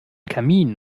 kamin